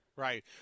Right